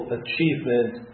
achievement